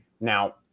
Now